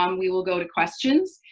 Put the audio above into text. um we will go to questions.